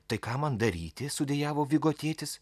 tai ką man daryti sudejavo vigo tėtis